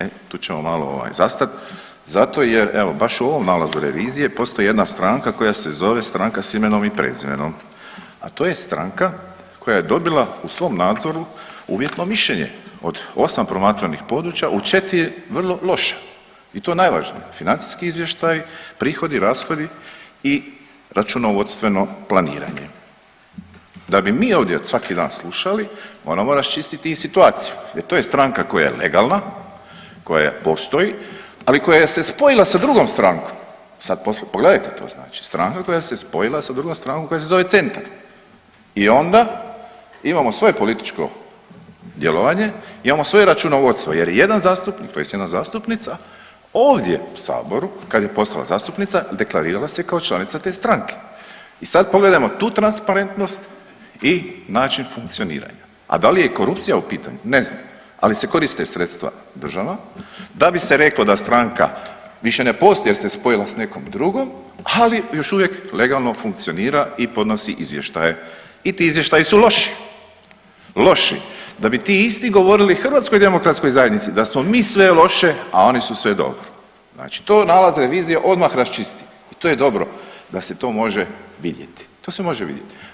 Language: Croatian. E tu ćemo malo ovaj zastat zato jer, evo baš u ovom nalazu revizije postoji jedna stranka koja se zove Stranka s imenom i prezimenom, a to je stranka koja je dobila u svom nadzoru uvjetno mišljenje, od 8 promatranih područja u 4 je vrlo loša i to je najvažnija, financijski izvještaj, prihodi, rashodi i računovodstveno planiranje, da bi mi ovdje svaki dan slušali moramo raščistiti i situaciju jer to je stranka koja je legalna, koja postoji, ali koja se spojila sa drugom strankom, sad poslije, pogledajte to, znači stranka koja se spojila sa drugom strankom koja se zove Centar i onda imamo svoje političko djelovanje, imamo svoje računovodstvo jer je jedan zastupnik tj. jedna zastupnica ovdje u saboru kad je postala zastupnica deklarirala se kao članica te stranke i sad pogledajmo tu transparentnost i način funkcioniranja, a da li je i korupcija u pitanju, ne znam, ali se koriste sredstva država, da bi se reklo da stranka više ne postoji jer se spojila s nekom drugom, ali još uvijek legalno funkcionira i podnosi izvještaje i ti izvještaji su loši, loši, da bi ti isti govorili HDZ-u da smo mi sve loše, a oni su sve dobro, znači to nalaz revizije odmah raščisti i to je dobro da se to može vidjeti, to se može vidjeti.